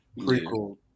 prequel